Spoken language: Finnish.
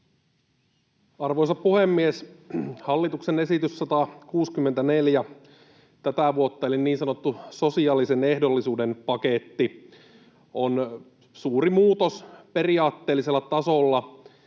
Arvoisa puhemies! Hallituksen esitys 164 tätä vuotta eli niin sanottu sosiaalisen ehdollisuuden paketti on suuri muutos periaatteellisella tasolla,